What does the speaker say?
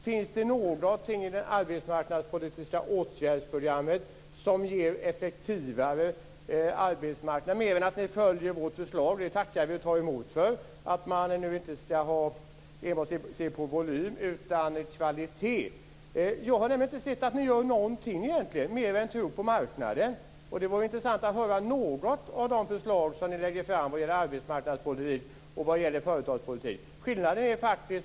Finns det någonting i det arbetsmarknadspolitiska åtgärdsprogrammet som ger effektivare arbetsmarknad mer än att ni följer vårt förslag - vilket vi tackar och tar emot för - om att man inte ska se på volym utan på kvalitet? Jag har nämligen inte sett att ni gör någonting egentligen, mer än att tro på marknaden. Det vore intressant att få höra om något av de förslag som ni lägger fram vad gäller arbetsmarknadspolitik och vad gäller företagspolitik.